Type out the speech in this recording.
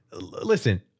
listen